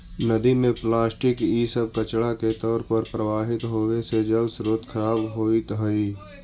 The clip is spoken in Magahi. नदि में प्लास्टिक इ सब कचड़ा के तौर पर प्रवाहित होवे से जलस्रोत खराब होइत हई